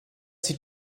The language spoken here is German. sieht